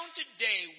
today